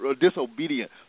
disobedient